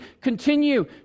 continue